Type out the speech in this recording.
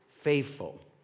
faithful